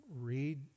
Read